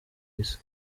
isi